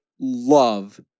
love